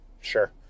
sure